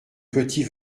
petit